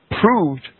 proved